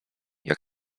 jak